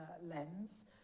lens